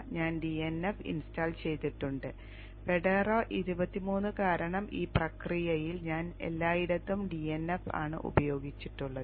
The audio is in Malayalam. ഞാൻ dnf ഇൻസ്റ്റാൾ ചെയ്തിട്ടുണ്ട് ഫെഡോറ 23 കാരണം ഈ പ്രക്രിയയിൽ ഞാൻ എല്ലായിടത്തും dnf ആണ് ഉപയോഗിച്ചിട്ടുള്ളത്